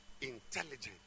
Intelligent